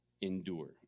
endure